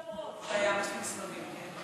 לא, כנראה, סבבים.